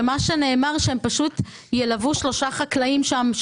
מה שנאמר שם הוא שפשוט ילוו שלושה חקלאים שם,